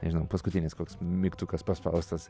nežinau paskutinis koks mygtukas paspaustas